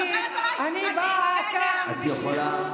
חברת הכנסת גוטליב, אני קורא אותך לסדר פעם שנייה.